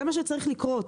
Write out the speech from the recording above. זה מה שצריך לקרות.